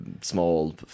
small